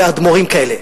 ואדמו"רים כאלה.